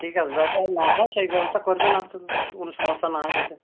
ঠিক আছে যাতে আর না হয় সেই ব্যবস্থা করবেন আর শুধু কোনো সমস্যা না হয় যাতে